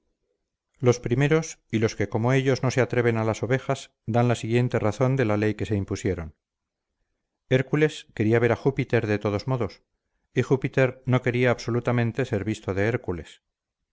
los primeros y los que como ellos no se atreven a las ovejas dan la siguiente razón de la ley que se impusieron hércules quería ver a júpiter de todos modos y júpiter no quería absolutamente ser visto de hércules